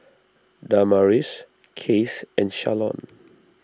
Damaris Case and Shalon